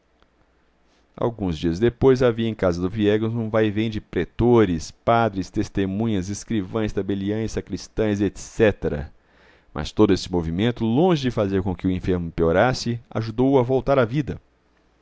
alguns dias depois havia em casa do viegas um vaivém de pretores padres testemunhas escrivães tabeliães sacristães etc mas todo esse movimento longe de fazer com que o enfermo piorasse ajudou o a voltar à vida